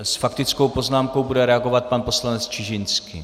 S faktickou poznámkou bude reagovat pan poslanec Čižinský.